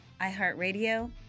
iHeartRadio